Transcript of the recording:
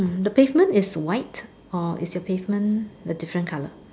hmm the pavement is white or is the pavement a different color